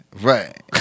Right